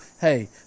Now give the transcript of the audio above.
Hey